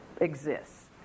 exists